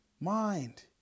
mind